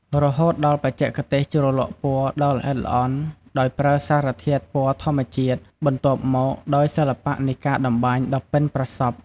រហូតដល់បច្ចេកទេសជ្រលក់ពណ៌ដ៏ល្អិតល្អន់ដោយប្រើសារធាតុពណ៌ធម្មជាតិ បន្ទាប់មកដោយសិល្បៈនៃការត្បាញដ៏ប៉ិនប្រសប់។